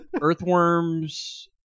Earthworms